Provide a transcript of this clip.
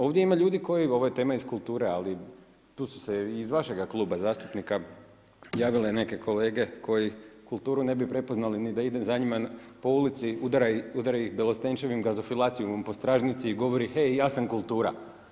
Ovdje ima ljudi koji, ovo je tema iz kulture, ali tu su se i iz vašega kluba zastupnika javile neke kolege koji kulturu ne bi prepoznali ni da ide za njima po ulici, udara ih Belostenjčevim Gazophylaciumom po stražnjici i govori: hej, ja sam kultura.